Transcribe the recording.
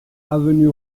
avenue